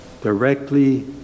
directly